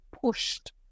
pushed